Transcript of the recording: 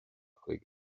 chuig